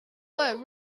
were